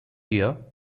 year